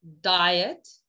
diet